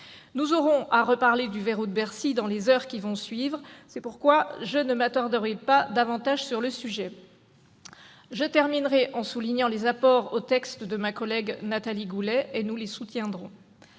Nous aurons à reparler du « verrou de Bercy » dans les heures qui vont suivre. C'est pourquoi je ne m'attarderai pas davantage sur le sujet. Je terminerai en soulignant les apports au texte de ma collègue Nathalie Goulet, apports que nous soutiendrons.